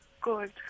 good